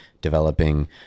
developing